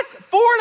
four